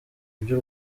ibyo